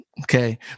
okay